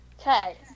Okay